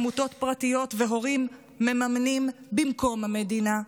שעמותות פרטיות והורים מממנים במקום המדינה,